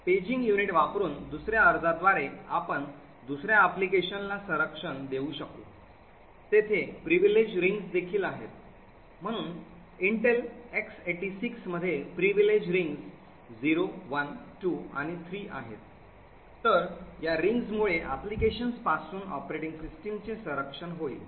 paging unit वापरुन दुसर्या अर्जाद्वारे आपण दुसर्या application ला संरक्षण देऊ शकू तेथे Privilege Rings देखील आहेत म्हणून इंटेल x86 मध्ये Privilege Rings 0 1 2 आणि 3 आहेत तर या रिंग्समुळे applications पासून ऑपरेटिंग सिस्टमचे संरक्षण होईल